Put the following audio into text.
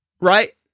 right